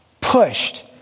pushed